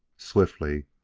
swiftly,